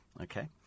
Okay